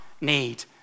need